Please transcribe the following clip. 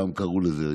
פעם קראו לזה,